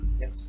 yes